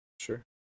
Sure